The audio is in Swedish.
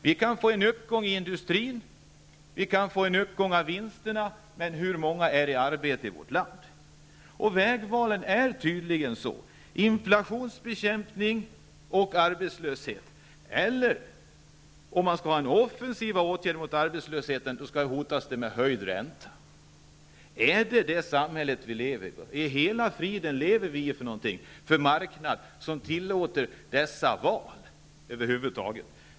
Vi kan få en uppgång i industrin. Vi kan få en uppgång av vinsterna. Men hur många är det som är i arbete i vårt land? Vägvalen är tydligen: inflationsbekämpning och arbetslöshet, men om man vill vidta offensiva åtgärder mot arbetslösheten, då hotas det med höjd ränta. Vad är det för samhälle som vi lever i? Vad i hela friden är det för en marknad som tillåter sådana val över huvud taget?